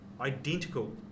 identical